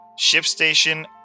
ShipStation